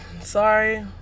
sorry